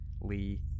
Lee